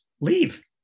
leave